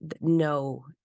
no